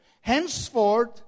henceforth